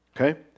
Okay